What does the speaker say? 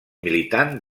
militant